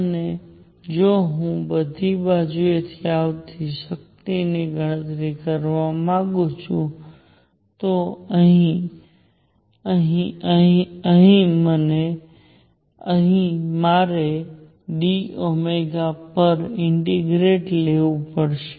અને જો હું બધી બાજુથી આવતી શક્તિની ગણતરી કરવા માંગું છું તો અહીં અહીં અહીં અહીં અહીં અહીં અહીં મારે dΩ પર ઇન્ટીગ્રેટ લેવું પડશે